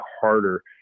harder